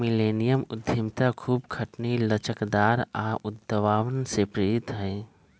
millennium उद्यमिता खूब खटनी, लचकदार आऽ उद्भावन से प्रेरित हइ